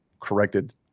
corrected